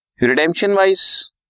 Redemption-wise